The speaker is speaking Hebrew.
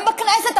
גם בכנסת,